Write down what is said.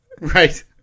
Right